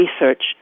research